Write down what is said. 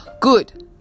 good